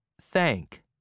thank